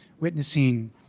witnessing